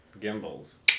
Gimbals